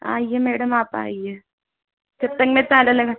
आए मैडम आप आए जब तक मैं ताला लगा देती